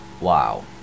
Wow